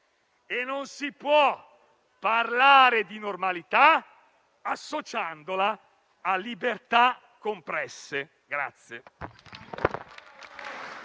e non si può parlare di normalità associandola a libertà compresse.